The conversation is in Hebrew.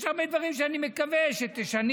יש הרבה דברים שאני מקווה שתשני,